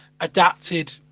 adapted